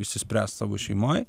išsispręst savo šeimoj